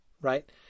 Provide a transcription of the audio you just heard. right